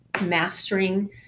mastering